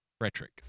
rhetoric